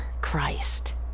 Christ